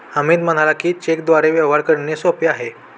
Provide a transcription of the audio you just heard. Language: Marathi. अमित म्हणाला की, चेकद्वारे व्यवहार करणे सोपे आहे